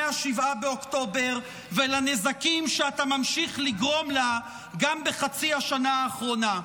7 באוקטובר ולנזקים שאתה ממשיך לגרום לה גם בחצי השנה האחרונה.